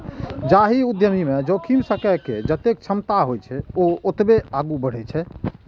जाहि उद्यमी मे जोखिम सहै के जतेक क्षमता होइ छै, ओ ओतबे आगू बढ़ै छै